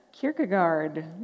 Kierkegaard